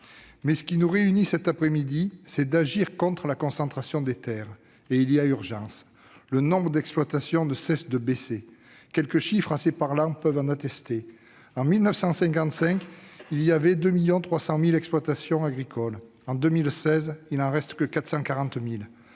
Mais ce qui nous réunit cet après-midi, c'est la volonté d'agir contre la concentration des terres. Et il y a urgence ! Le nombre d'exploitations ne cesse de baisser. Quelques chiffres assez parlants peuvent l'attester : en 1955, il y avait 2,3 millions d'exploitations agricoles ; en 2016, il n'en restait que 440 000.